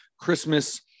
christmas